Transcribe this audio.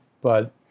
But-